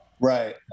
right